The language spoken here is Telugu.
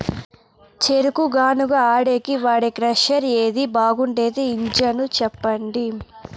చెరుకు గానుగ ఆడేకి వాడే క్రషర్ ఏది బాగుండేది ఇంజను చెప్పండి?